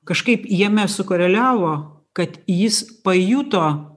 kažkaip jame sukoreliavo kad jis pajuto